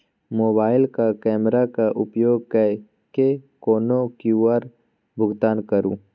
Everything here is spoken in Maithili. मोबाइलक कैमराक उपयोग कय कए कोनो क्यु.आर भुगतान करू